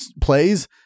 plays